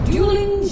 Dueling